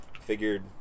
Figured